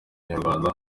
inyarwanda